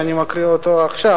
שאני מקריא עכשיו,